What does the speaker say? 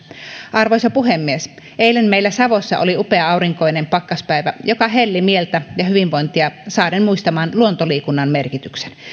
arvoisa puhemies eilen meillä savossa oli upea aurinkoinen pakkaspäivä joka helli mieltä ja hyvinvointia saaden muistamaan luontoliikunnan merkityksen